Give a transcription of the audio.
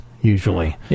usually